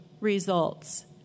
results